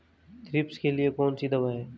Thrips के लिए कौन सी दवा है?